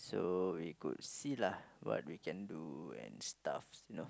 so we could see lah what we can do and stuff you know